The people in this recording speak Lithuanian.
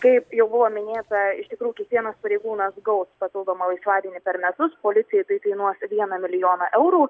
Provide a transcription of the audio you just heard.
kaip jau buvo minėta iš tikrųjų kiekvienas pareigūnas gaus papildomą laisvadienį per metus policijai tai kainuos vieną milijoną eurų